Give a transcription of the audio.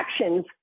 actions